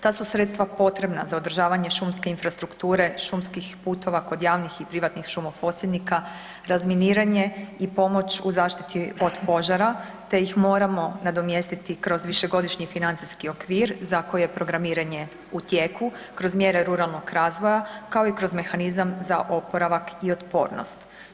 Ta su sredstva potrebna za održavanje šumske infrastrukture, šumskih putova kod javnih i privatnih šumo posjednika, razminiranje i pomoć u zaštiti od požara, te ih moramo nadomjestiti kroz višegodišnji financijski okvir za koje je programiranje u tijeku kroz mjere ruralnog razvoja kao i kroz mehanizam za oporavak i otpornost.